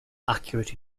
accurate